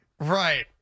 Right